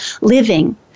living